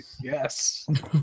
yes